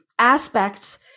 aspects